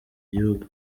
igihugu